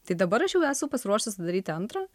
tai dabar aš jau esu pasiruošusi daryti antrą